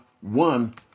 one